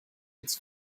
its